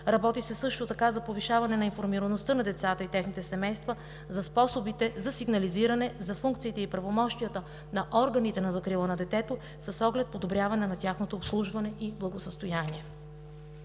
така се работи за повишаване на информираността на децата и техните семейства за способите за сигнализиране, за функциите и правомощията на органите за закрила на детето с оглед подобряване на тяхното обслужване и благосъстояние.